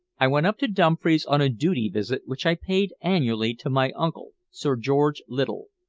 i went up to dumfries on a duty visit which i paid annually to my uncle, sir george little.